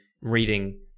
reading